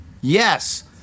yes